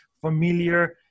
familiar